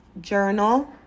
Journal